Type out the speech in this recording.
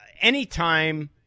anytime